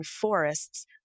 forests